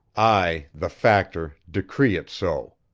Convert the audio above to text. i, the factor, decree it so.